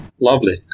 Lovely